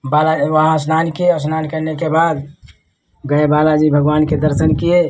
बाला वहाँ स्नान किए स्नान करने के बाद गए बालाजी भगवान के दर्शन किए